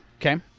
Okay